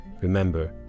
remember